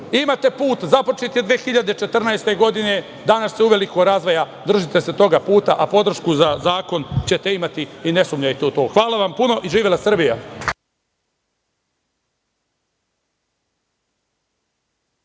put, započet je 2014. godine, danas se uveliko razvija, držite se toga puta, a podršku za zakon ćete imati, ne sumnjajte u to. Hvala vam puno. Živela Srbija!